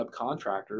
subcontractors